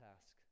task